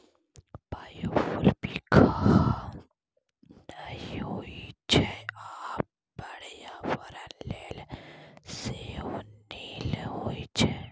biofuel बिखाह नहि होइ छै आ पर्यावरण लेल सेहो नीक होइ छै